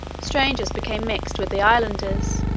strangers became mixed with the islanders,